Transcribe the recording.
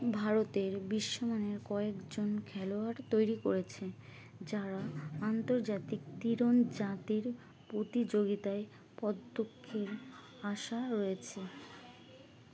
ভারতের বিশ্বমানের কয়েকজন খেলোয়াড় তৈরি করেছে যারা আন্তর্জাতিক তিরণজাতির পতিযোগিতায় পদ্মক্ষের আশা রয়েছে